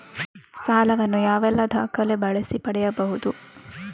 ಸಾಲ ವನ್ನು ಯಾವೆಲ್ಲ ದಾಖಲೆ ಬಳಸಿ ಪಡೆಯಬಹುದು?